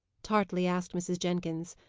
tartly asked mrs. jenkins.